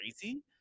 crazy